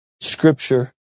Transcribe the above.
scripture